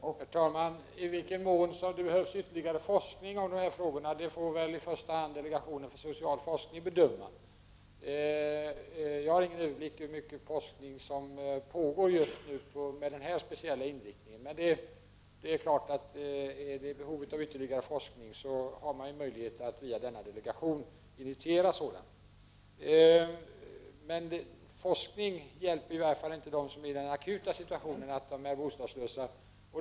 Herr talman! I vilken mån som det behövs ytterligare forskning i de här frågorna får väl i första hand delegationen för social forskning bedöma. Jag har ingen överblick över hur mycket forskning som pågår just nu med den här speciella inriktningen, men det är klart att finns det ett behov av ytterligare forskning har man ju möjlighet att via denna delegation initiera sådan. Men forskning hjälper i alla fall inte dem som är i den akuta situationen att de är bostadslösa.